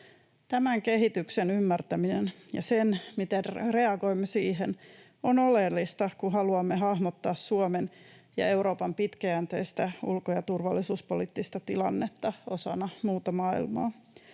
Tämän kehityksen ymmärtäminen ja sen ymmärtäminen, miten reagoimme siihen, on oleellista, kun haluamme hahmottaa Suomen ja Euroopan pitkäjänteistä ulko- ja turvallisuuspoliittista tilannetta osana muuta maailmaa.